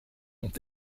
ont